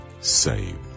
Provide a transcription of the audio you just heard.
saved